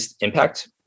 impact